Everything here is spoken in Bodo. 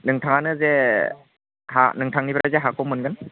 नोंथाङानो जे नोंथांनिफ्राय जे हाखौ मोनगोन